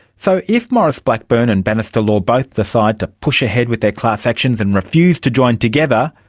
so if maurice blackburn and bannister law both decide to push ahead with their class actions and refuse to join together,